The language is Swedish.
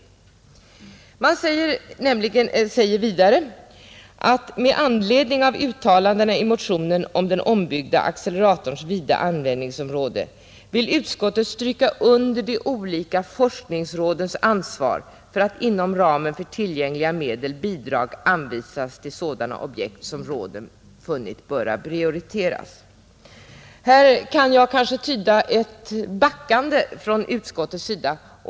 Utskottsmajoriteten säger vidare: ”Med anledning av uttalandena i motionen om den ombyggda acceleratorns vida användningsområde vill utskottet stryka under de olika forskningsrådens ansvar för att inom ramen för tillgängliga medel bidrag anvisas till sådana objekt som råden funnit böra prioriteras.” Detta kan kanske tydas som ett backande från utskottets sida.